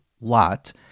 Lot